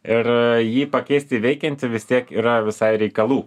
ir jį pakeist į veikiantį vis tiek yra visai reikalų